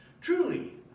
Truly